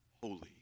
holy